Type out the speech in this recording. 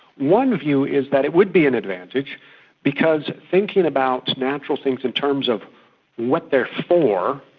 one view is that it would be an advantage because thinking about natural things in terms of what they are for,